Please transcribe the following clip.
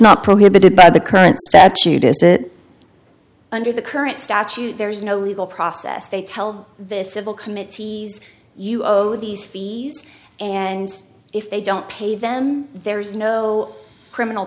not prohibited by the current statute is that under the current statute there is no legal process they tell this civil committees you owe these fees and if they don't pay them there is no criminal